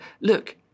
Look